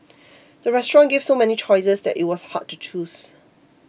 the restaurant gave so many choices that it was hard to choose